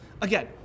again